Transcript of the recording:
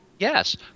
Yes